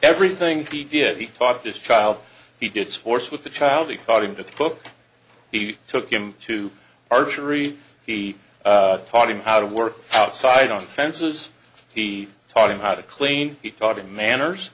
everything he did he taught this child he did force with the child he thought into the book he took him to archery he taught him how to work outside on fences he taught him how to clean he taught in manners